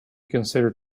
consider